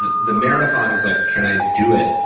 the the marathon is like, can i do it?